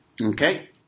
Okay